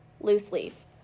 loose-leaf